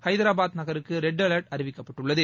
ஹைதராபாத் நகருக்கு red alert அறிவிக்கப்பட்டுள்ளது